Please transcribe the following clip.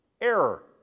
Error